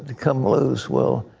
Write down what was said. come loose. well,